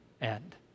end